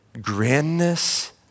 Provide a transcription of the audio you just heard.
grandness